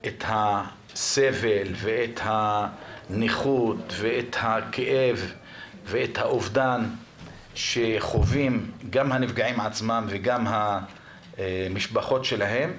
הסבל והנכות והכאב והאובדן שחווים גם הנפגעים עצמם וגם המשפחות שלהם,